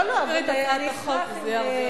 תציגי את הצעת החוק וזה יהיה הרבה יותר,